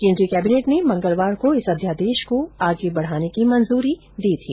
कर्न्द्रीय cabinet ने मंगलवार को इस अध्यादेश को आगे बढाने की मंजूरी दी थी